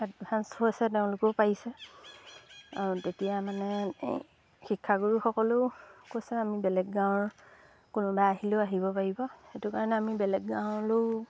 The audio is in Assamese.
এডভা্ঞ্চ হৈছে তেওঁলোকেও পাৰিছে আৰু তেতিয়া মানে এই শিক্ষাগুৰুসকলেও কৈছে আমি বেলেগ গাঁৱৰ কোনোবাই আহিলেও আহিব পাৰিব সেইটো কাৰণে আমি বেলেগ গাঁৱলৈয়ো